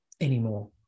anymore